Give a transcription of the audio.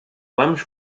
vamos